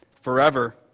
forever